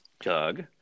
Doug